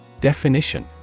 Definition